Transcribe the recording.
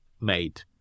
made